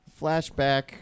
flashback